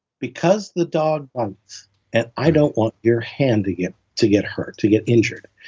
because the dog um and i don't want your hand to get to get hurt, to get injured.